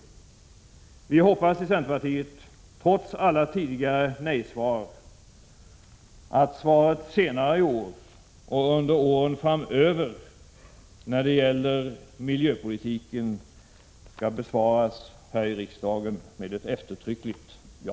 När det gäller miljöpolitiken hoppas vi i centerpartiet — trots alla tidigare nej-svar — att frågan senare i år och under åren framöver här i riksdagen skall besvaras med ett eftertryckligt ja.